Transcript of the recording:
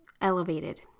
elevated